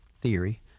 theory